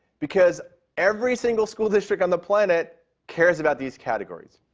because every single school district on the planet cares about these categories,